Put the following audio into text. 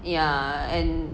ya and